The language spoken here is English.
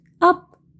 up